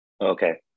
okay